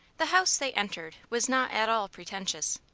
the house they entered was not at all pretentious.